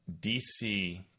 DC